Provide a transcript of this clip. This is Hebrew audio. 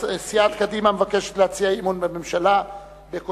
סיעת קדימה מבקשת להציע אי-אמון בממשלה בכותרת: